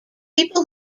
people